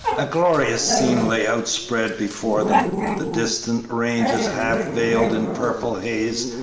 a glorious scene lay outspread before them the distant ranges half veiled in purple haze,